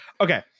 Okay